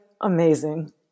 amazing